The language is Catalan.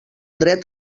dret